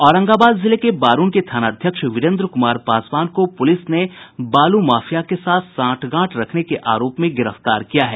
औरंगाबाद जिले के बारून के थाना अध्यक्ष वीरेंद्र कुमार पासवान को पुलिस ने बालू माफिया के साथ सांठगांठ रखने के आरोप में गिरफ्तार किया है